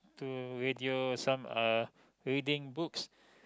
to radio some are reading books